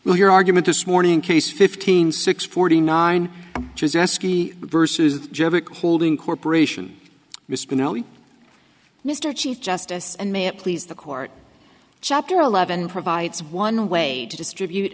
well your argument this morning case fifteen six forty nine versus the holding corporation mr chief justice and may it please the court chapter eleven provides one way to distribute